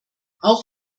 auch